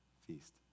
feast